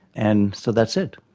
and so that's it,